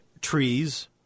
trees